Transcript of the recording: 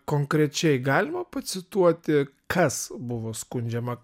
konkrečiai galima pacituoti kas buvo skundžiama